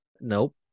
Nope